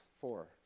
four